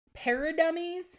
paradummies